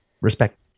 Respect